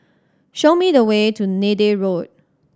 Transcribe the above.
show me the way to Neythai Road